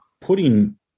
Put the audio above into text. putting